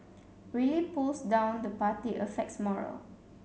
really pulls down the party affects morale